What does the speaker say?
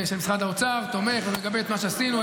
של משרד האוצר, תומך ומגבה את מה שעשינו.